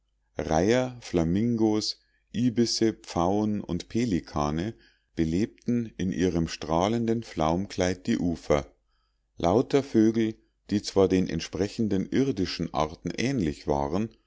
reiher flamingos ibisse pfauen und pelikane belebten in ihrem strahlenden flaumkleide die ufer lauter vögel die zwar den entsprechenden irdischen arten ähnlich waren